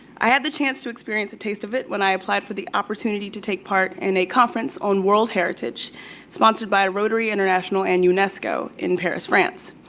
i had the chance to experience a taste of it when i applied for the opportunity to take part in a conference on world heritage sponsored by rotary international and unesco in paris, france.